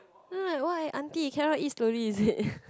ah why auntie cannot eat slowly is it